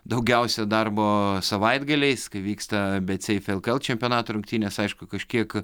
daugiausia darbo savaitgaliais kai vyksta bet seif lkl čempionato rungtynės aišku kažkiek